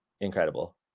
incredible